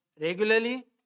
regularly